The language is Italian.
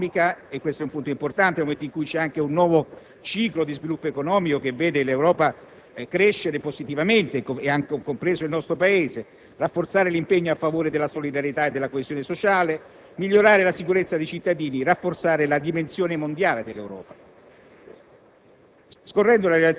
rimettere l'Europa sulla via della prosperità economica (è un punto importante nel momento in cui c'è un nuovo ciclo di sviluppo economico che vede l'Europa crescere positivamente, compreso il nostro Paese), rafforzare l'impegno a favore della solidarietà e della coesione sociale, migliorare la sicurezza dei cittadini, rafforzare la dimensione mondiale dell'Europa.